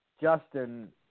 Justin